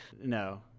No